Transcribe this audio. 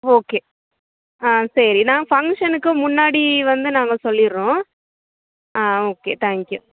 okay ஆ சரி நான் ஃபங்க்ஷனுக்கு முன்னாடி வந்து நாங்கள் சொல்லிவிடுறோம் ஆ ஓகே தேங்க் யூ